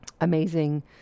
amazing